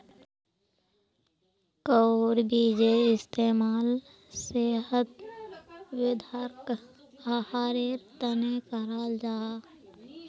कद्दुर बीजेर इस्तेमाल सेहत वर्धक आहारेर तने कराल जाहा